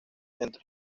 entre